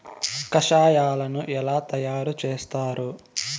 కషాయాలను ఎలా తయారు చేస్తారు?